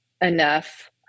enough